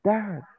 Dad